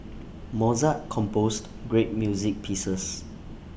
Mozart composed great music pieces